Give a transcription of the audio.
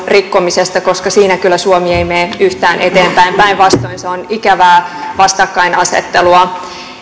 rikkomisesta koska siinä kyllä suomi ei mene yhtään eteenpäin päinvastoin se on ikävää vastakkainasettelua